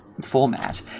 format